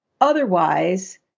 otherwise